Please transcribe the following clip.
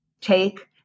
take